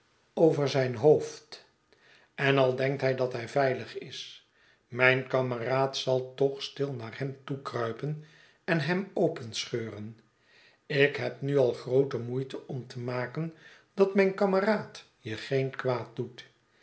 over zijn hoofd en al denkt hij dan dat hij veiligis mijn kameraad zal toch stil naar hem toekruipen en hem openscheuren ik heb nu al groote moeite om te maken dat mijn kameraad je geen kwaad doet